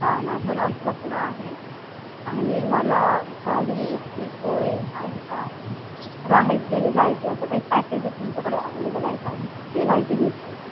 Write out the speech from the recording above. हां माझं नाव स्वप्ना आहे आणि मला गाडीची सोय आहे का राहायची आणि जायची असं काही पॅकेजेस तुमच्याकडे अव्हेलेबल आहे का ती माहिती घ्यायची होती